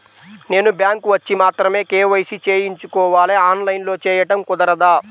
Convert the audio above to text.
నేను బ్యాంక్ వచ్చి మాత్రమే కే.వై.సి చేయించుకోవాలా? ఆన్లైన్లో చేయటం కుదరదా?